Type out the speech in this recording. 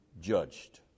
judged